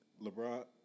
LeBron